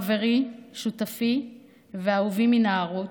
חברי, שותפי ואהובי מנערות,